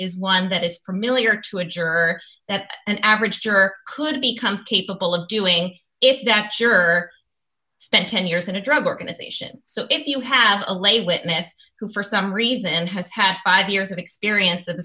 is one that is for milly or to a juror that an average juror could become capable of doing if that juror spent ten years in a drug organization so if you have a lay witness who for some reason has had five years of experience